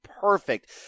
perfect